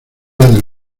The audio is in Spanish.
del